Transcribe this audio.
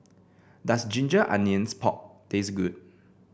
does Ginger Onions Pork taste good